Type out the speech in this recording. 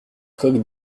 coques